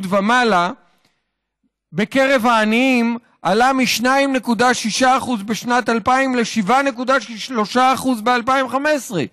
ומעלה בקרב העניים עלה מ-2.6% בשנת 2000 ל-7.3% ב-2015.